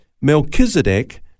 Melchizedek